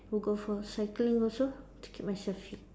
to go for cycling also to keep myself fit